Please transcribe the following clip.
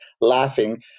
laughing